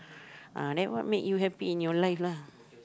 ah then what make you happy in your life lah